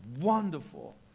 wonderful